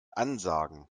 ansagen